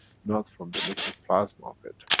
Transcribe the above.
not from the liquid plasma of it.